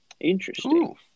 Interesting